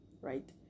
right